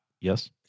Yes